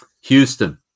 houston